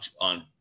on